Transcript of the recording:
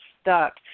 stuck